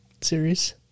series